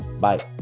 Bye